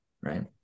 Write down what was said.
Right